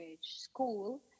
school